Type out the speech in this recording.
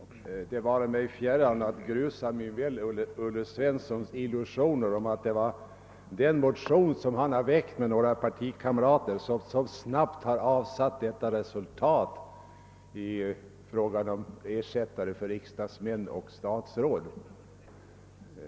Herr talman! Det vare mig fjärran att grusa min vän Olle Svenssons illusion att det var den motion som han väckt med några partikamrater som så snabbt avsatt resultat då det gäller ersättare för riksdagsmän och statsråd.